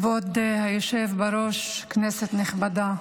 כבוד היושב בראש, כנסת נכבדה,